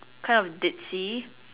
kind of ditzy